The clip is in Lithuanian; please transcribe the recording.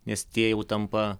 nes tie jau tampa